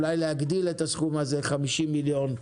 אולי להגדיל את הסכום הזה, 50 מיליון.